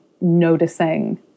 noticing